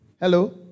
Hello